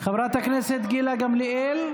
חברת הכנסת גילה גמליאל.